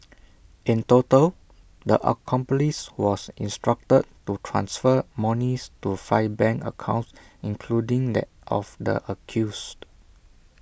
in total the accomplice was instructed to transfer monies to five bank accounts including that of the accused